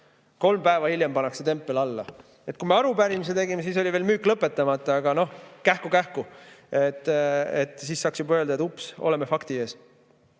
Kolm päeva hiljem pannakse tempel alla! Kui me arupärimise tegime, siis oli müük veel lõpetamata, aga noh, kähku-kähku, et saaks öelda, et ups, oleme fakti ees.